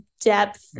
depth